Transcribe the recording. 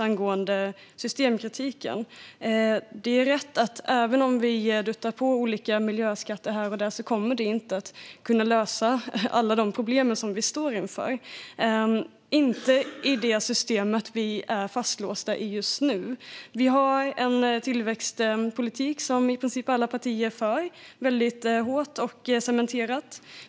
Angående systemkritiken: Det är rätt - även om vi duttar på olika miljöskatter här och där kommer det inte att kunna lösa alla de problem som vi står inför, inte i det system vi är fastlåsta i just nu. Vi har en tillväxtpolitik som i princip alla partier är för, väldigt hårt och cementerat.